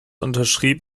unterschrieb